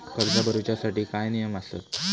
कर्ज भरूच्या साठी काय नियम आसत?